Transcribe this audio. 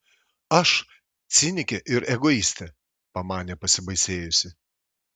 aš cinikė ir egoistė pamanė pasibaisėjusi